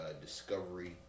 Discovery